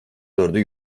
dördü